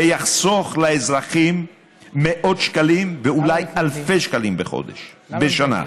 ויחסוך לאזרחים מאות שקלים ואולי אלפי שקלים בשנה.